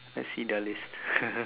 let's see their list